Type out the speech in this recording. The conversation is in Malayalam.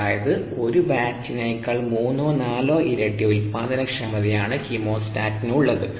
അതായത് ഒരു ബാച്ചിനേക്കാൾ മൂന്നോ നാലോ ഇരട്ടി ഉൽപാദനക്ഷമതയാണ് കീമോസ്റ്റാറ്റിന് ഉള്ളത്